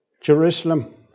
Jerusalem